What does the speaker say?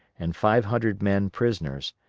and five hundred men prisoners,